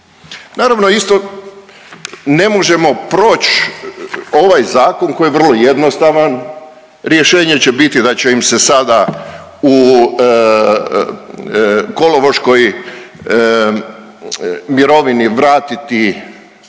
Naravno isto ne možemo proći ovaj zakon koji je vrlo jednostavan. Rješenje će biti da će im se sada u kolovoškoj mirovini vratiti